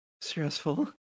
stressful